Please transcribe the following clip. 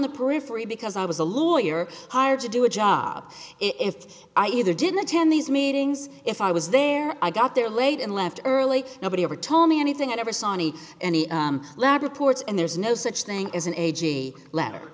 the periphery because i was a lawyer hired to do a job i either didn't attend these meetings if i was there i got there late and left early nobody ever told me anything i never saw any lab reports and there's no such thing as an a